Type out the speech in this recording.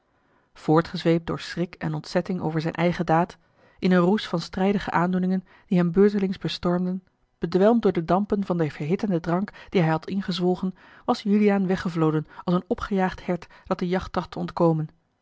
voortgezweept door schrik en ontzetting over zijne eigene daad in eene roes van strijdige aandoeningen die hem beurtelings bestormden bedwelmd door de dampen van den verhittenden drank dien hij had ingezwolgen was juliaan weggevloden als een opgejaagd hert dat de jacht tracht te ontkomen